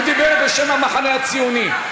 הוא דיבר בשם המחנה הציוני.